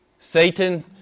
Satan